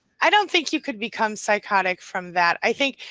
i don't think you could become psychotic from that. i think.